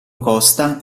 costa